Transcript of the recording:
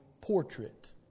portrait